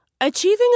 Achieving